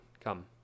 Come